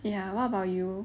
ya what about you